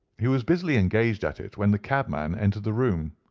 he was busily engaged at it when the cabman entered the room.